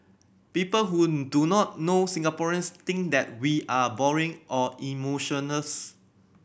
people who do not know Singaporeans think that we are boring or emotionless